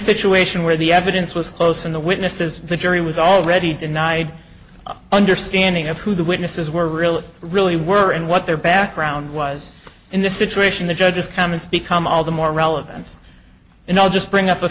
situation where the evidence was close in the witnesses the jury was already denied understanding of who the witnesses were really really were and what their background was in this situation the judge's comments become all the more relevance and i'll just bring up a